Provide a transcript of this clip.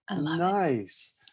nice